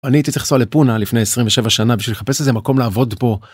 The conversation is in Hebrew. אני הייתי צריך לעשות לפונה לפני 27 שנה בשביל לחפש איזה מקום לעבוד פה.